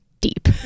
deep